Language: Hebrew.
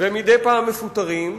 ומדי פעם מפוטרים,